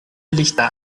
lichter